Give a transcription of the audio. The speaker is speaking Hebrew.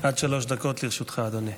עד שלוש דקות לרשותך, אדוני.